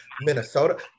Minnesota